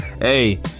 Hey